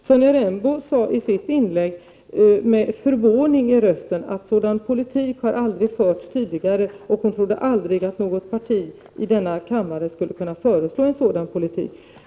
Sonja Rembo sade i sitt inlägg med förvåning i rösten att sådan politik aldrig har förts tidigare. Hon trodde inte att något parti i denna riksdag skulle kunna föreslå en sådan politik.